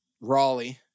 Raleigh